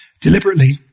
deliberately